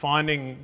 Finding